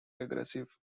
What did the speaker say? aggressive